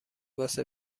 واسه